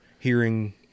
hearing